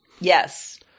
yes